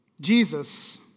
Jesus